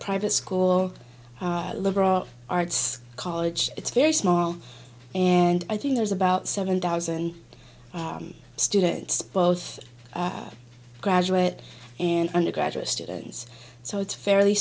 private school liberal arts college it's very small and i think there's about seven thousand students both graduate and undergraduate students so it's fairly